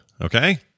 okay